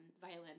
violin